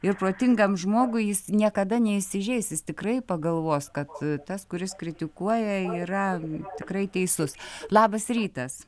ir protingam žmogui jis niekada neįsižeis jis tikrai pagalvos kad tas kuris kritikuoja yra tikrai teisus labas rytas